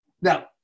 Now